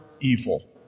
evil